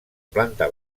planta